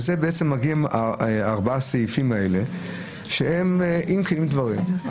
אם כנים דבריהם,